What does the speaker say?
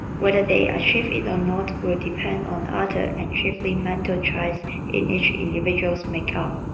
whether they achieve it or not will depend on other, and chiefly mental, traits in each individual's makeup,